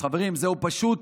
חברים, זהו פשוט